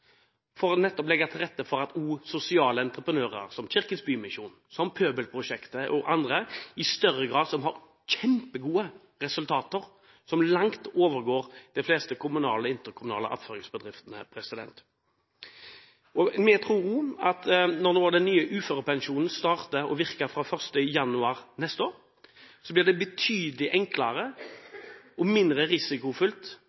for nettopp å legge til rette for sosiale entreprenører, som Kirkens Bymisjon, Pøbelprosjektet og andre, som har kjempegode resultater som langt overgår de fleste kommunale og interkommunale attføringsbedriftene Vi tror også at nå når den nye uførepensjonen starter å virke fra 1. januar neste år, blir det betydelig